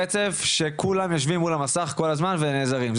שבהם כולם יושבים מול המסך ונעזרים בו.